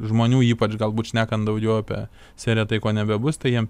žmonių ypač galbūt šnekant daugiau apie seriją tai ko nebebus tai jiem